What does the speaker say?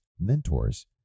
mentors